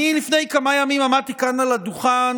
לפני כמה ימים עמדתי כאן על הדוכן